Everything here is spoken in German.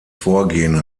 vorgehen